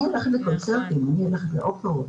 אני הולכת לקונצרטים, אני הולכת לאופרות.